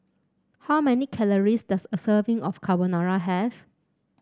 how many calories does a serving of Carbonara have